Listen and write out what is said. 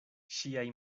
ŝiaj